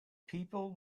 people